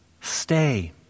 Stay